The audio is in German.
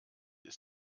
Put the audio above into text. ist